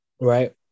Right